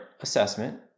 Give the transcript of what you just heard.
assessment